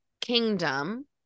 kingdom